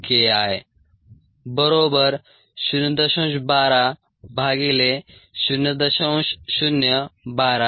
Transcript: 012 KI 0